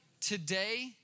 today